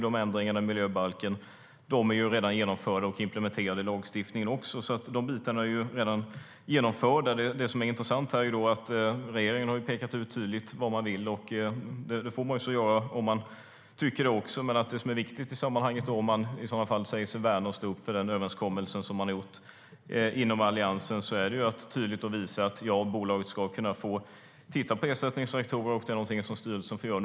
De ändringarna i miljöbalken är ju redan genomförda och implementerade i lagstiftningen. Det som är intressant är att regeringen tydligt har pekat ut vad man vill. Det får man göra om man tycker det. Men det som är viktigt om man säger sig värna och stå upp för den överenskommelse man har gjort inom Alliansen är att tydligt visa att bolaget ska kunna titta på ersättningsreaktorer och att det är någonting som styrelsen får göra.